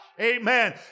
Amen